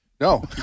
No